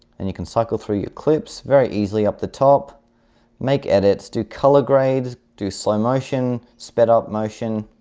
and you can cycle through your clips very easily up the top make edits do color grades do slow motion sped up motion